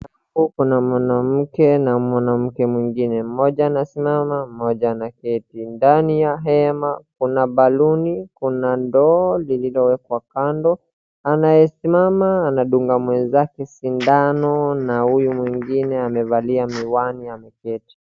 Huku kuna mwanamke na mwanamke mwingine. Mmoja anasimama mmoja anaketi. Ndani ya hema kuna baluni, kuna ndoo lililoekwa kando. Anayesimama anadunga mwenzake sindano na huyu mwingine amevalia miwani ameketi.